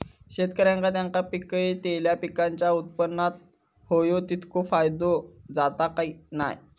शेतकऱ्यांका त्यांचा पिकयलेल्या पीकांच्या उत्पन्नार होयो तितको फायदो जाता काय की नाय?